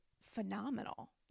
phenomenal